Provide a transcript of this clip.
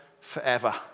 forever